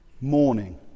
morning